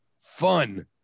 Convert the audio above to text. fun